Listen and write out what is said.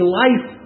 life